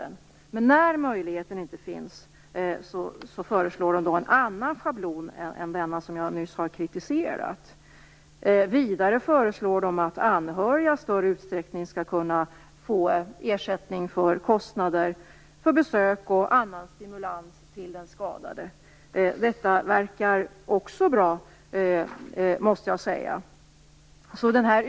Men när denna möjlighet inte finns föreslår utredningen en annan schablon än den som jag nyss har kritiserat. Vidare föreslår utredningen att anhöriga i större utsträckning skall kunna få ersättning för kostnader för besök och annan stimulans till den skadade. Detta verkar också bra, måste jag säga.